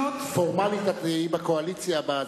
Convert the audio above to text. פורמלית את תהיי בקואליציה הבאה,